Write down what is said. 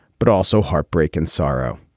but also heartbreak and sorrow